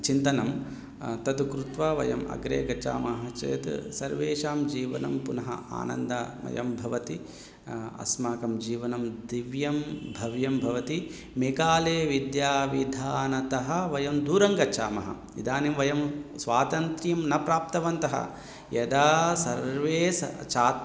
चिन्तनं तद् कृत्वा वयम् अग्रे गच्छामः चेत् सर्वेषां जीवनं पुनः आनन्दमयं भवति अस्माकं जीवनं दिव्यं भव्यं भवति मेकालेविद्याविधानतः वयं दूरं गच्छामः इदानीं वयं स्वातन्त्र्यं न प्राप्तवन्तः यदा सर्वे स चात्